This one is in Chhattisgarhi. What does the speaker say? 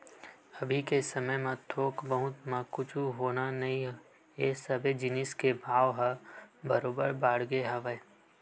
अभी के समे म थोक बहुत म कुछु होना नइ हे सबे जिनिस के भाव ह बरोबर बाड़गे हवय